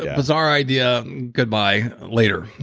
bizarre idea. goodbye, later.